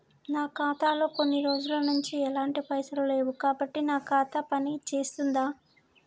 నా ఖాతా లో కొన్ని రోజుల నుంచి ఎలాంటి పైసలు లేవు కాబట్టి నా ఖాతా పని చేస్తుందా?